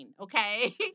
Okay